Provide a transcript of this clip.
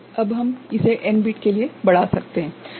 अब हम इसे n बिट के लिए बढ़ा सकते हैं